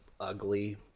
ugly